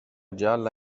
gialla